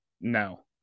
no